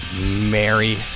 Mary